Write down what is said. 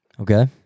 Okay